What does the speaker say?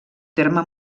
terme